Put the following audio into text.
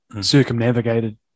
circumnavigated